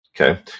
okay